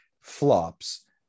Flops